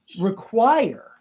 require